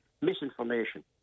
misinformation